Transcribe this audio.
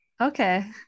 okay